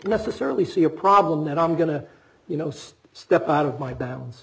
necessarily see a problem that i'm going to you know step out of my